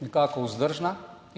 nekako vzdržna,